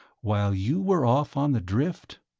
while you were off on the drift?